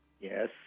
Yes